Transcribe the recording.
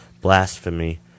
blasphemy